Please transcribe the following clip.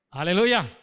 Hallelujah